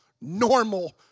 normal